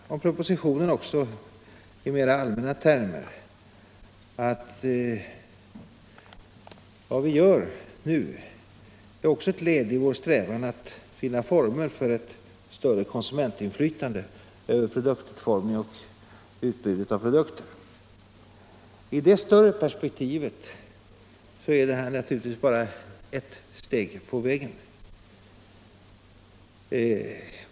Om propositionen vill jag också i mer allmänna termer säga, att vad vi nu gör är ett led i vår strävan att finna former för ett större konsumentinflytande när det gäller produktutformningen och utbudet av produkter. I det större perspektivet är dagens beslut naturligtvis bara ett steg på vägen.